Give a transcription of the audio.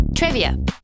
Trivia